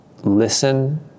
listen